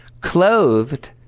clothed